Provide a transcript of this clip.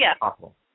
possible